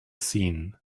seen